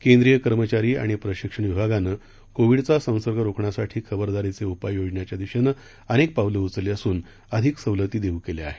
केंद्रीय कर्मचारी आणि प्रशिक्षण विभागानं कोविडचा संसर्ग रोखण्यासाठी खबरदारीचे उपाय योजण्याच्या दिशेनं अनेक पावलं उचलली असून अधिक सवलती देऊ केल्या आहेत